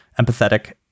empathetic